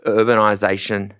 urbanisation